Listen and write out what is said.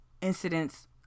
incidents